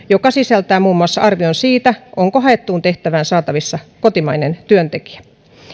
joka sisältää muun muassa arvion siitä onko haettuun tehtävään saatavissa kotimainen työntekijä